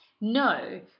No